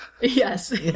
Yes